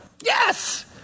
Yes